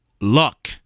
luck